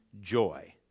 joy